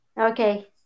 okay